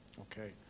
okay